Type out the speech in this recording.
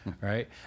Right